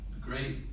great